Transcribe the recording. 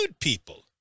people